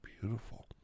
beautiful